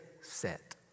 set